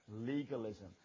legalism